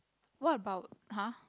what about !huh!